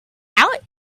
out